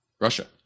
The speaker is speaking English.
Russia